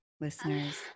listeners